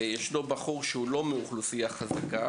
יש בחור מנתניה שלא משתייך לאוכלוסייה חזקה